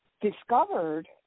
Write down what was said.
discovered